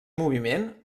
moviment